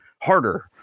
harder